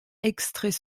extrait